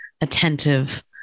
attentive